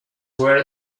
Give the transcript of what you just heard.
were